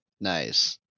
Nice